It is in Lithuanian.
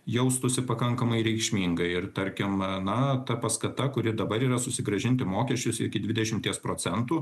jaustųsi pakankamai reikšminga ir tarkim na ta paskata kuri dabar yra susigrąžinti mokesčius iki dvidešimties procentų